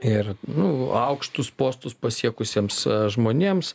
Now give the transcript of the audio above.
ir nuaukštus postus pasiekusiems žmonėms